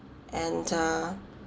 and uh